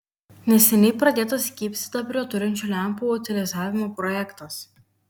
neseniai pradėtas gyvsidabrio turinčių lempų utilizavimo projektas